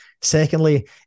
Secondly